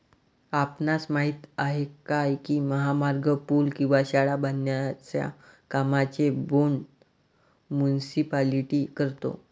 आपणास माहित आहे काय की महामार्ग, पूल किंवा शाळा बांधण्याच्या कामांचे बोंड मुनीसिपालिटी करतो?